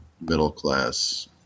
middle-class